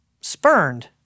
spurned